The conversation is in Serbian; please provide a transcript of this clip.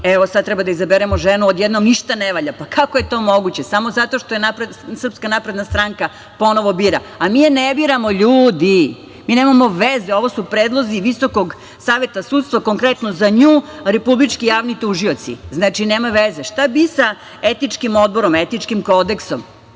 Evo, sada treba da izaberemo ženu, odjednom ništa ne valja. Kako je to moguće? Samo zato što je SNS ponovo bira. Mi je ne biramo ljudi. Mi nemamo veze. Ovo su predlozi VSS, konkretno za nju republički javni tužioci. Znači, nema veze. Šta bi sa etičkim odborom, etičkim kodeksom?